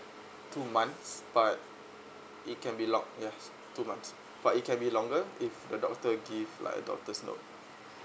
two month but it can be long yes two months but it can be longer if the doctor give like a doctor's note